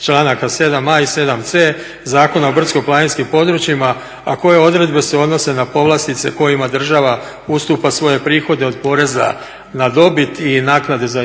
članaka 7a. i 7c. Zakona o brdsko-planinskim područjima, a koje odredbe se odnose na povlastice kojima država ustupa svoje prihode od poreza na dobit i naknade za